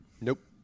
nope